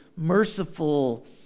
merciful